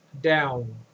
down